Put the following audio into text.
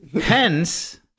Hence